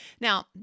Now